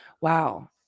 Wow